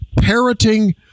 Parroting